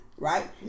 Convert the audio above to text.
Right